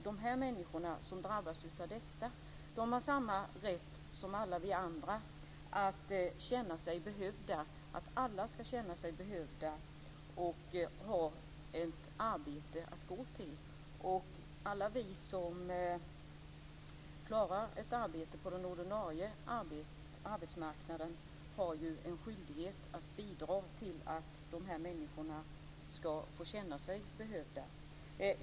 De människor som drabbas av detta har samma rätt som alla vi andra att känna sig behövda. Alla ska känna sig behövda och ha ett arbete att gå till. Alla vi som klarar ett arbete på den ordinarie arbetsmarknaden har en skyldighet att bidra till att dessa människor kan få känna sig behövda.